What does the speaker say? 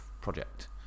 project